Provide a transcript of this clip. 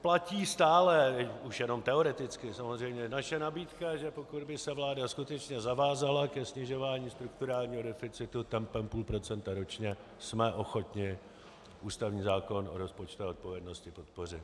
Platí stále už jenom teoreticky samozřejmě naše nabídka, že pokud by se vláda skutečně zavázala ke snižování strukturálního deficitu tempem půl procenta ročně, jsme ochotni ústavní zákon o rozpočtové odpovědnosti podpořit.